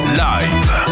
live